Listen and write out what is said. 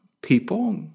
people